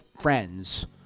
friends